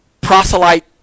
proselyte